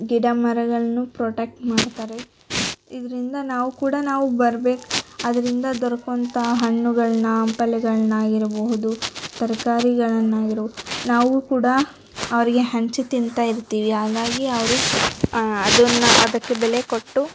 ಗಿಡ ಮರಗಳ್ನು ಪ್ರೊಟೆಕ್ಟ್ ಮಾಡ್ತಾರೆ ಇದರಿಂದ ನಾವು ಕೂಡ ನಾವು ಬರ್ಬೇಕು ಅದರಿಂದ ದೊರಕುವಂಥಾ ಹಣ್ಣುಗಳನ್ನ ಹಂಪಲುಗಳ್ನಾಗಿರ್ಬಹುದು ತರಕಾರಿಗಳನ್ನಾಗಿರ್ ನಾವೂ ಕೂಡ ಅವರಿಗೆ ಹಂಚಿ ತಿಂತಾ ಇರ್ತೀವಿ ಹಾಗಾಗಿ ಅವರು ಅದನ್ನ ಅದಕ್ಕೆ ಬೆಲೆ ಕೊಟ್ಟು